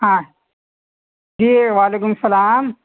ہاں جی وعلیکم السلام